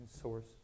source